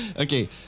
okay